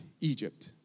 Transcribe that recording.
Egypt